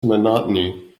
monotony